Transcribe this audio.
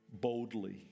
boldly